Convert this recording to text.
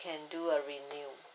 can do a renew